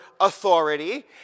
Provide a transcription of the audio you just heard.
authority